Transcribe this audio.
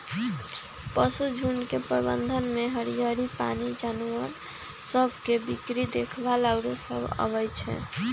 पशुझुण्ड के प्रबंधन में हरियरी, पानी, जानवर सभ के बीक्री देखभाल आउरो सभ अबइ छै